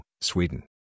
Sweden